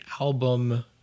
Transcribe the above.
album